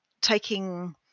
taking